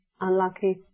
unlucky